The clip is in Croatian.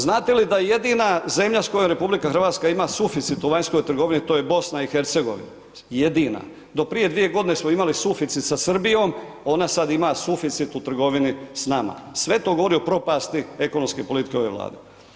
Znate li da je jedina zemlja s kojom RH ima suficit u vanjskoj trgovini, to je BiH, jedina, do prije 2.g. smo imali suficit sa Srbijom, ona sad ima suficit u trgovini s nama, sve to govori o propasti ekonomske politike ove Vlade.